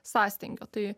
sąstingio tai